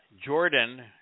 Jordan